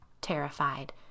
terrified